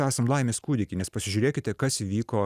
esam laimės kūdikiai nes pasižiūrėkite kas įvyko